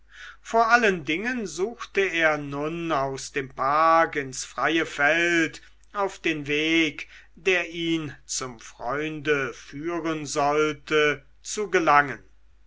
vor allen dingen suchte er nun aus dem park ins freie feld auf den weg der ihn zum freunde führen sollte zu gelangen